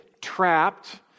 trapped